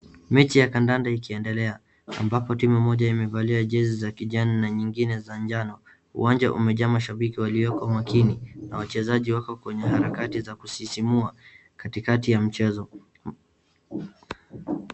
Mechi ya kadada ikiedelea ambapo timu moja imevalia jezi za kijani na nyingine za njano. Uwanja umejaa mashambiki walioko makini na wachezaji wako kwenye harakati za kusisimua katikati ya mchezo.